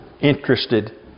interested